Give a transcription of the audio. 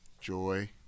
Joy